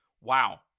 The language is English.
Wow